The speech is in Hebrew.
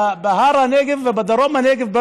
בהר הנגב ובמיוחד בדרום הנגב.